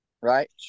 Right